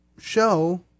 show